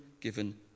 given